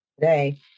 today